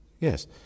yes